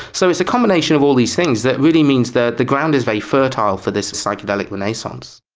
so it's a combination of all these things that really means the the ground is very fertile for this psychedelic renaissance.